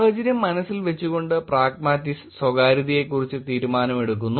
സാഹചര്യം മനസ്സിൽ വച്ചുകൊണ്ട് പ്രാഗ്മാറ്റിസ്റ് സ്വകാര്യതയെക്കുറിച്ച് തീരുമാനമെടുക്കുന്നു